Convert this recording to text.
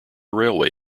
railway